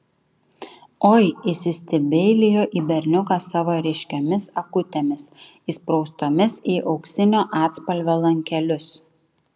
oi įsistebeilijo į berniuką savo ryškiomis akutėmis įspraustomis į auksinio atspalvio lankelius